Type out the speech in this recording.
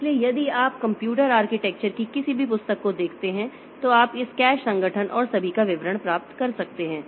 इसलिए यदि आप कंप्यूटर आर्किटेक्चर की किसी भी पुस्तक को देखते हैं तो आप इस कैश संगठन और सभी का विवरण प्राप्त कर सकते हैं